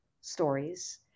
stories